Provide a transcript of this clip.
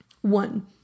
One